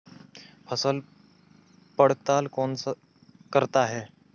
फसल पड़ताल कौन करता है?